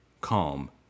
Calm